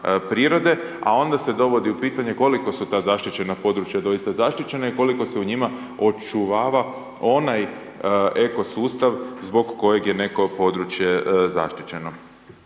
prirode a onda se dovodi u pitanje koliko su ta zaštićena područja doista zaštićena i koliko se u njima očuvava onaj eko sustav zbog kojeg je neko područje zaštićeno.